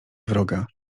wroga